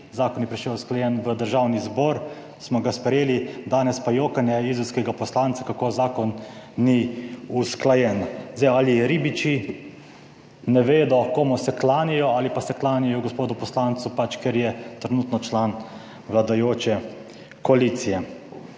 Zakon je prišel usklajen v Državni zbor, smo ga sprejeli, danes pa jokanje izolskega poslanca kako zakon ni usklajen. Zdaj ali ribiči ne vedo, komu se klanjajo, ali pa se klanjajo gospodu poslancu pač ker je trenutno član vladajoče koalicije.